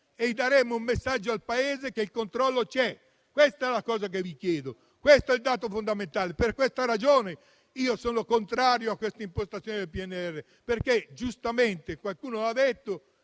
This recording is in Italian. al Paese il messaggio che il controllo c'è. Questa è la cosa che vi chiedo, questo è il dato fondamentale. Per questa ragione sono contrario a questa impostazione del PNRR. Giustamente qualcuno ha detto